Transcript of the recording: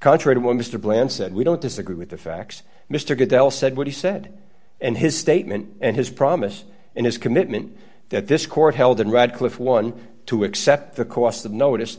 contradict what mr bland said we don't disagree with the facts mr goodell said what he said and his statement and his promise and his commitment that this court held in radcliffe one to accept the cost of notice